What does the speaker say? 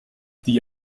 die